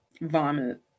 Vomit